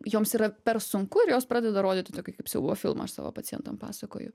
joms yra per sunku ir jos pradeda rodyti tokį kaip siaubo filmą aš savo pacientam pasakoju